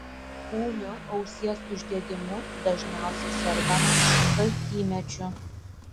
ūmiu ausies uždegimu dažniausiai sergama šaltymečiu